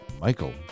Michael